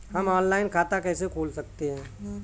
हम ऑनलाइन खाता कैसे खोल सकते हैं?